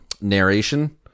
narration